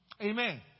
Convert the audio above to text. Amen